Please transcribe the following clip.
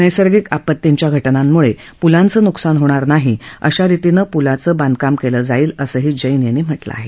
नैसर्गिक आपत्तींच्या घटनांमुळे पुलाचं नुकसान होणार नाही अशा रितीनं पूलाचं बांधकाम केलं जाईल असंही जैन यांनी म्हटलं आहे